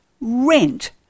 rent